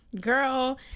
girl